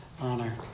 honor